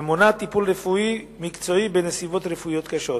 ומונעת טיפול מקצועי בנסיבות רפואיות קשות.